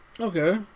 Okay